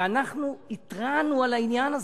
אנחנו התרענו על העניין הזה.